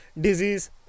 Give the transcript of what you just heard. disease